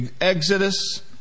Exodus